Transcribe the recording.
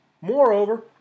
Moreover